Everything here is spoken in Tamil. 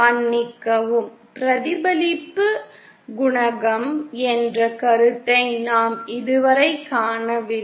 மன்னிக்கவும் பிரதிபலிப்பு குணகம் என்ற கருத்தை நாம் இதுவரை காணவில்லை